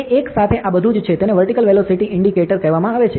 તે એક સાથે આ બધું છે તેને વર્ટિકલ વેલોસિટી ઇંડિકેટર કહેવામાં આવે છે